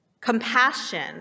compassion